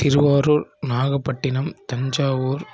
Thiruvarur Nagapattinam Thanjavur